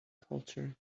culture